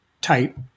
type